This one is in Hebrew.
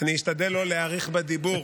לא להאריך בדיבור.